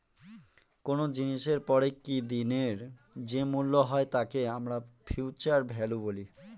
কোনো জিনিসের পরে কি দিনের যে মূল্য হয় তাকে আমরা ফিউচার ভ্যালু বলি